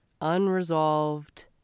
unresolved